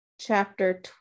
chapter